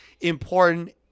important